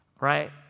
right